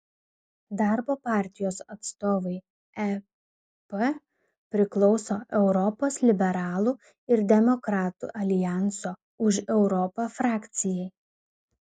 darbo partijos atstovai ep priklauso europos liberalų ir demokratų aljanso už europą frakcijai